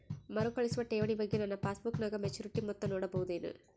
ಮರುಕಳಿಸುವ ಠೇವಣಿ ಬಗ್ಗೆ ನನ್ನ ಪಾಸ್ಬುಕ್ ನಾಗ ಮೆಚ್ಯೂರಿಟಿ ಮೊತ್ತ ನೋಡಬಹುದೆನು?